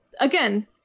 again